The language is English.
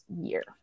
year